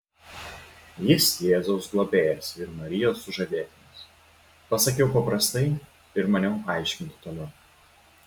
jis jėzaus globėjas ir marijos sužadėtinis pasakiau paprastai ir maniau aiškinti toliau